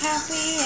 Happy